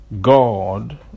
God